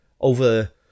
over